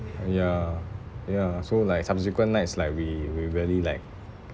ya ya so like subsequent nights like we we really like